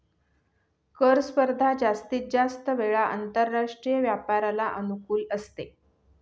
कर स्पर्धा जास्तीत जास्त वेळा आंतरराष्ट्रीय व्यापाराला अनुकूल असते